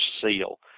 SEAL